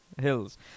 hills